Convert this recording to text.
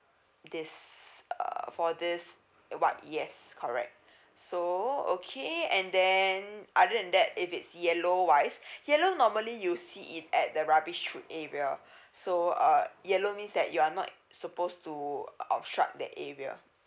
this uh for this white yes correct so okay and then other than that if it's yellow wise yellow normally you see it at the rubbish chute area so uh yellow means that you are not suppose to obstruct that area